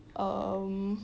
um